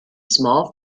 small